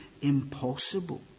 impossible